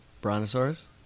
brontosaurus